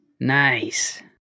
Nice